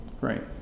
Right